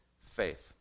faith